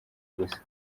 gusa